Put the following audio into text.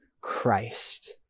Christ